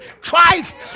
Christ